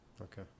okay